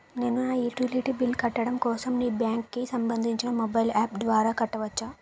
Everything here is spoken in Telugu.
నేను నా యుటిలిటీ బిల్ల్స్ కట్టడం కోసం మీ బ్యాంక్ కి సంబందించిన మొబైల్ అప్స్ ద్వారా కట్టవచ్చా?